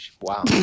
wow